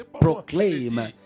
proclaim